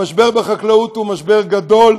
המשבר בחקלאות הוא משבר גדול,